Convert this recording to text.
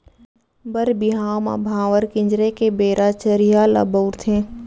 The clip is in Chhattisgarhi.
बर बिहाव म भांवर किंजरे के बेरा चरिहा ल बउरथे